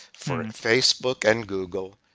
for facebook and google,